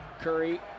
Curry